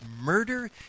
murder